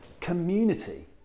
community